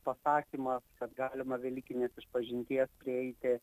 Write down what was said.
pasakymas kad galima velykinės išpažinties prieiti